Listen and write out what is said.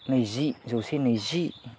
नैजि जौसे नैजि